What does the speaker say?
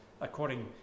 according